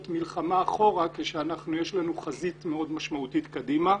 מלחמה אחורה כשיש לנו חזית משמעותית מאוד קדימה.